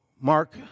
Mark